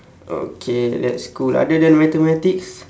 okay that's cool other than mathematics